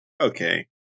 Okay